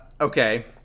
okay